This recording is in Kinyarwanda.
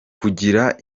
kugira